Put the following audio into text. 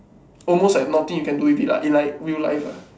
almost like nothing you can do with it lah it like real life ah